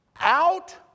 out